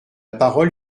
parole